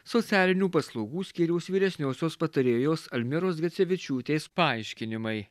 socialinių paslaugų skyriaus vyresniosios patarėjos almiros gecevičiūtės paaiškinimai